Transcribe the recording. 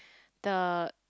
the